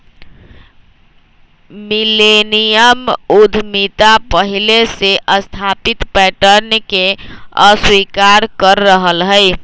millennium उद्यमिता पहिले से स्थापित पैटर्न के अस्वीकार कर रहल हइ